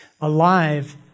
alive